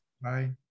Bye